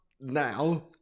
now